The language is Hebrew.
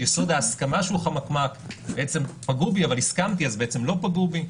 יסוד ההסכמה שהוא חמקמק פגעו בי אבל הסכמתי אז בעצם לא פגעו בי,